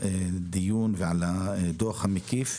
הדוח המקיף,